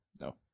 No